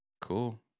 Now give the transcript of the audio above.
Cool